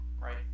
right